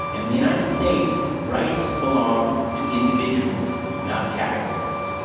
and the united states, rights belong to individuals, not categories.